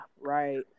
right